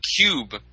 Cube